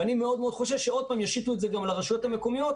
ואני מאוד מאוד חושש שעוד פעם ישיתו את זה על הרשויות המקומיות,